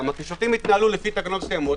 כי השופטים התנהלו לפי תקנות מסוימות,